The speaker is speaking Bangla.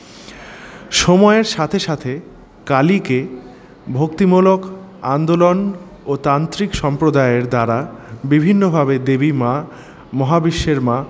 সময়ের সাথে সাথে কালিকে ভক্তিমূলক আন্দোলন ও তান্ত্রিক সম্প্রদায়ের দ্বারা বিভিন্নভাবে দেবী মা মহাবিশ্বের মা